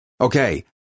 Okay